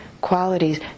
qualities